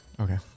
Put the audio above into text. Okay